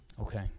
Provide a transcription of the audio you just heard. Okay